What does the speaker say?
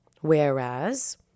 whereas